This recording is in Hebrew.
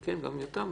כן, גם יותם.